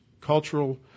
cultural